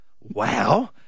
Wow